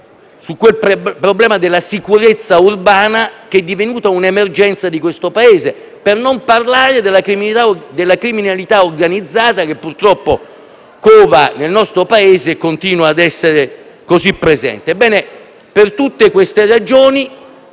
sul fronte della sicurezza urbana, che è divenuta un'emergenza di questo Paese, e della criminalità organizzata, che purtroppo cova nel nostro Paese e continua a essere molto presente.